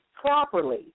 properly